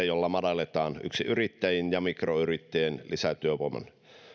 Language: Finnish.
joilla madalletaan yksinyrittäjien ja mikroyrittäjien lisätyövoiman